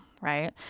right